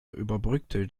überbrückte